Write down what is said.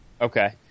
Okay